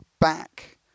back